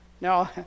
No